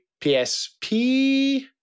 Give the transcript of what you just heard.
PSP